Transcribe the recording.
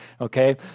okay